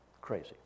Crazy